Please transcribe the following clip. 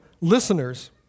listeners